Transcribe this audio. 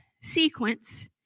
sequence